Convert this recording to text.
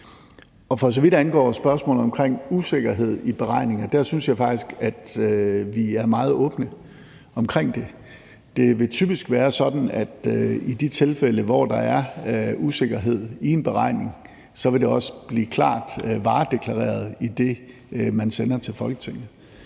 For så vidt angår spørgsmålet omkring usikkerhed i beregningerne, synes jeg faktisk, at vi er meget åbne omkring det. Det vil typisk være sådan, at det i de tilfælde, hvor der er usikkerhed i en beregning, så også vil blive varedeklareret klart i det, man sender til Folketinget,